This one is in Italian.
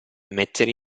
mettere